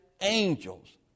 angels